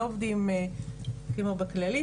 לא עובדים כמו בכללית,